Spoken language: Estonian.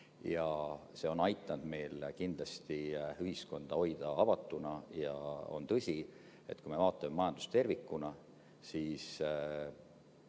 ja see on aidanud meil kindlasti hoida ühiskonda avatuna. On tõsi, et kui me vaatame majandust tervikuna, siis